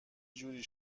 جوری